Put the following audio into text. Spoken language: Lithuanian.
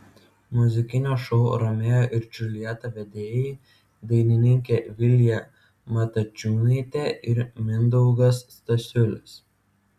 muzikinio šou romeo ir džiuljeta vedėjai dainininkė vilija matačiūnaitė ir mindaugas stasiulis